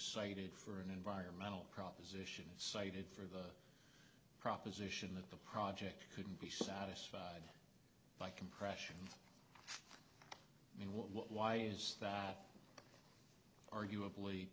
cited for an environmental proposition cited for the proposition that the project couldn't be satisfied by compression i mean what what why is that arguably